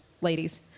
ladies